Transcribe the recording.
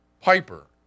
Piper